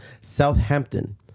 Southampton